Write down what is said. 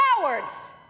cowards